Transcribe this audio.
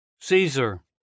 Caesar